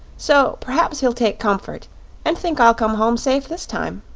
so perhaps he'll take comfort and think i'll come home safe this time.